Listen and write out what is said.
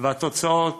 והתוצאות,